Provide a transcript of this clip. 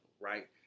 right